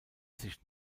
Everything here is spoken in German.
sich